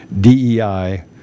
DEI